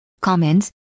comments